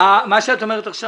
שאת אומרת עכשיו,